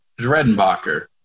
Dredenbacher